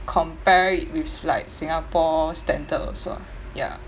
compare it with like singapore standard also ah ya